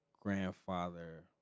grandfather